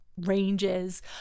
ranges